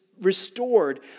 restored